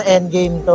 Endgame